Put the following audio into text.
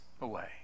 away